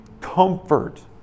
comfort